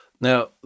Now